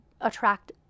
attract